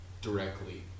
directly